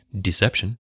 deception